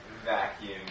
Vacuum